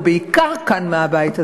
או בעיקר כאן מהבית הזה,